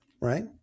right